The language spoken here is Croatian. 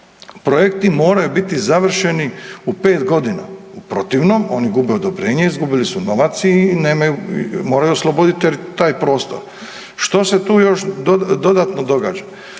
projekti moraju biti završeni u 5 godina. U protivnom oni gube odobrenje i izgubili su novac i nemaju, moraju osloboditi taj prostor. Što se tu još dodatno događa?